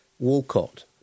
Walcott